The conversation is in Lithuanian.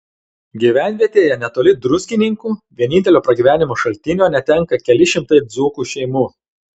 gyvenvietėje netoli druskininkų vienintelio pragyvenimo šaltinio netenka keli šimtai dzūkų šeimų